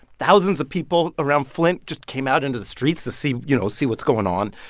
thousands of people around flint just came out into the streets to see you know, see what's going on.